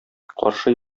каршы